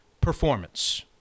performance